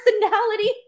personality